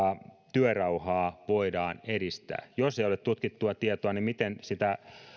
työrauhaa voidaan edistää jos ei ole tutkittua tietoa niin miten sitä